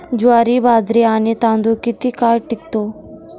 ज्वारी, बाजरी आणि तांदूळ किती काळ टिकतो?